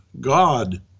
God